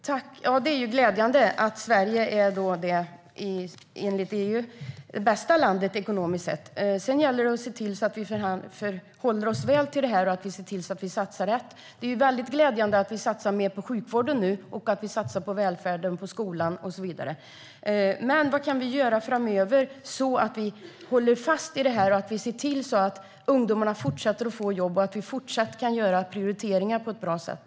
Herr talman! Det är glädjande att Sverige enligt EU är det bästa landet ekonomiskt. Sedan gäller det att se till att vi förhåller oss väl till detta och satsar rätt. Det är också glädjande att vi nu satsar mer på sjukvården, välfärden, skolan och så vidare. Men vad kan vi göra framöver så att vi håller fast vid detta och ser till att ungdomarna fortsätter att få jobb och att vi kan fortsätta göra prioriteringar på ett bra sätt?